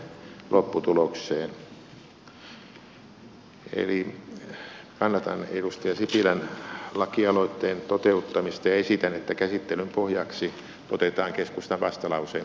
eli kannatan edustaja sipilän lakialoitteen toteuttamista ja esitän että käsittelyn pohjaksi otetaan keskustan vastalauseen mukainen esitys